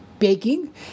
baking